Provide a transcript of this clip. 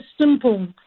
simple